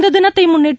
இந்த தினத்தை முன்னிட்டு